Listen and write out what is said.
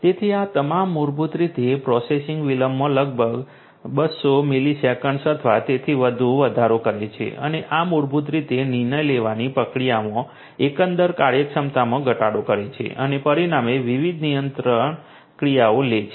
તેથી આ તમામ મૂળભૂત રીતે પ્રોસેસિંગ વિલંબમાં લગભગ 200 મિલિસેકન્ડ્સ અથવા તેથી વધુ વધારો કરે છે અને આ મૂળભૂત રીતે નિર્ણય લેવાની પ્રક્રિયામાં એકંદર કાર્યક્ષમતામાં ઘટાડો કરે છે અને પરિણામે વિવિધ નિયંત્રણ ક્રિયાઓ લે છે